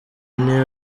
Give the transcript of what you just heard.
niyo